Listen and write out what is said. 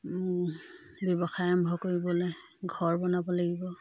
ব্যৱসায় আৰম্ভ কৰিবলে ঘৰ বনাব লাগিব